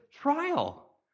trial